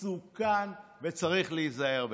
מסוכן, וצריך להיזהר בכך.